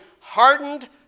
hardened